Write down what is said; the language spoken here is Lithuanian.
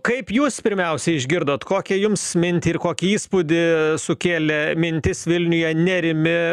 kaip jūs pirmiausia išgirdot kokią jums mintį ir kokį įspūdį sukėlė mintis vilniuje nerimi